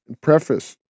preface